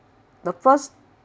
the first